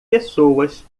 pessoas